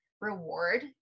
reward